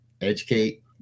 educate